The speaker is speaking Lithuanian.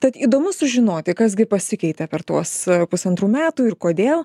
tad įdomu sužinoti kas gi pasikeitė per tuos pusantrų metų ir kodėl